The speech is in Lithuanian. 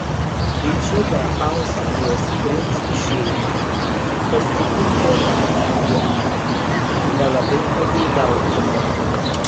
didžiulė austrijos princų šeima pasipildė dar vienu nelabai pageidautinu